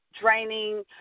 draining